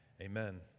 Amen